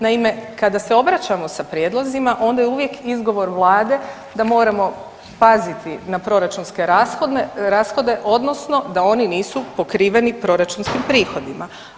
Naime, kada se obraćamo sa prijedlozima onda je uvijek izgovor Vlade da moram paziti na proračunske rashode odnosno da oni nisu pokriveni proračunskim prihodima.